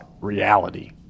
reality